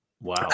Wow